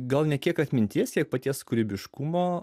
gal ne tiek atminties kiek paties kūrybiškumo